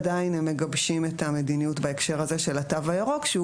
עדיין הם מגבשים את המדיניות בהקשר הזה של התו הירוק שהוא